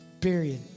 Period